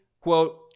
quote